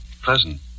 pleasant